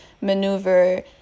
maneuver